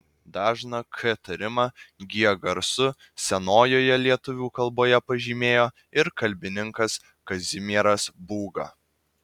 dažną k tarimą g garsu senojoje lietuvių kalboje pažymėjo ir kalbininkas kazimieras būga